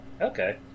Okay